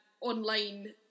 online